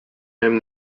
him